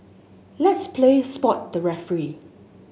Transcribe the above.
let's play spot the referee